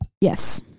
Yes